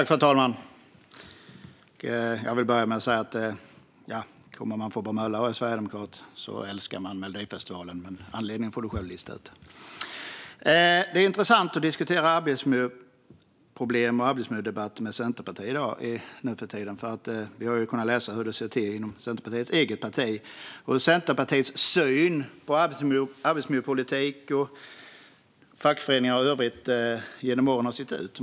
Fru talman! Jag vill börja med att säga att man älskar Melodifestivalen om man kommer från Bromölla och är sverigedemokrat. Anledningen får Alireza Akhondi själv lista ut. Det är intressant att diskutera arbetsmiljöproblem och att ha en arbetsmiljödebatt med Centerpartiet nu för tiden. Vi har ju kunnat läsa om hur det står till inom Centerpartiet och om hur Centerpartiets syn på arbetsmiljöpolitik, fackföreningar och övrigt har varit genom åren.